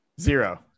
Zero